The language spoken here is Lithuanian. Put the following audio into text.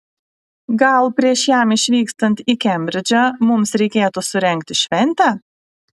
gal prieš jam išvykstant į kembridžą mums reikėtų surengti šventę